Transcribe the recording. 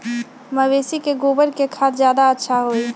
मवेसी के गोबर के खाद ज्यादा अच्छा होई?